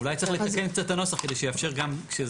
אולי צריך לתקן קצת את הנוסח, כדי שיאפשר גם.